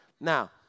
Now